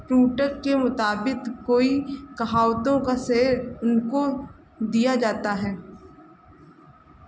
Plutarch के मुताबिक़ कोई कहावतों का श्रेय उनको दिया जाता है